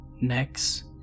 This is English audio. Next